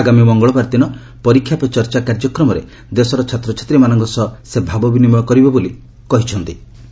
ଆଗାମୀ ମଙ୍ଗଳବାର ଦିନ ପରୀକ୍ଷାପେ ଚର୍ଚ୍ଚା କାର୍ଯ୍ୟକ୍ରମରେ ଦେଶର ଛାତ୍ରଛାତ୍ରୀମାନଙ୍କ ସହ ସେ ଭାବବିନିମୟ କରିବେ ବୋଲି ସେ କହିଚ୍ଚନ୍ତି